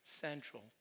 central